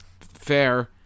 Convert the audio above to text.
Fair